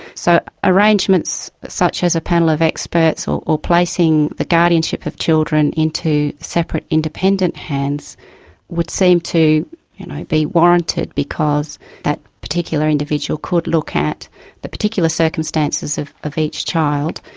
so, arrangements such as a panel of experts, or or placing the guardianship of children into separate independent hands would seem to be warranted, because that particular individual could look at the particular circumstances of of each child,